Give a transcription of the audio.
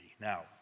Now